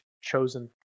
chosen